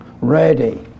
ready